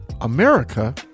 America